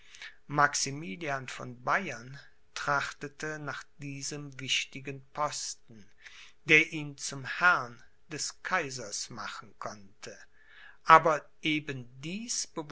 maximilian von bayern trachtete nach diesem wichtigen posten der ihn zum herrn des kaisers machen konnte aber eben